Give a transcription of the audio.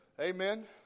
Amen